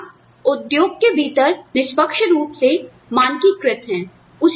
नौकरियां उद्योग के भीतर निष्पक्ष रुप से मानकीकृत हैं